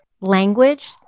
language